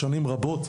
שנים רבות.